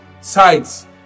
sides